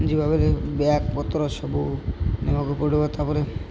ଯିବାବେଳେ ବ୍ୟାଗ୍ ପତ୍ର ସବୁ ନେବାକୁ ପଡ଼ିବ ତା'ପରେ